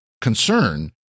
concern